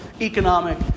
economic